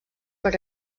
per